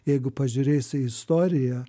jeigu pažiūrėsi į istoriją